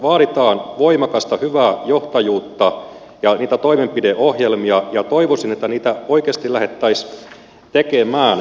vaaditaan voimakasta hyvää johtajuutta ja niitä toimenpideohjelmia ja toivoisin että niitä oikeasti lähdettäisiin tekemään